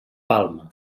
palma